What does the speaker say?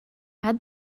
add